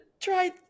try